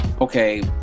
okay